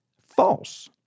false